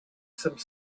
some